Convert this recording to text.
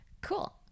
Cool